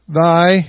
thy